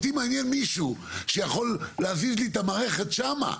אותי מעניין מישהו שיכול להזיז לי את המערכת שם,